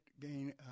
gain